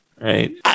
Right